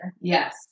Yes